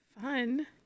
Fun